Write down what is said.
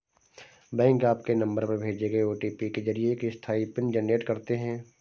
bank आपके number पर भेजे गए ओ.टी.पी के जरिए एक अस्थायी पिन जनरेट करते हैं